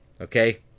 Okay